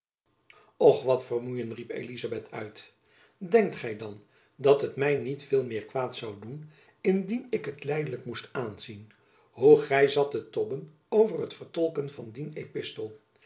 och wat vermoeien riep elizabeth uit denkt gy dan dat het my niet veel meer kwaad zoû doen indien ik het lijdelijk moest aanzien hoe gy zat te tobben over het vertolken van dien epistel